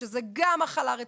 שזה גם החלה רטרואקטיבית,